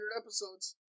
episodes